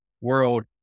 world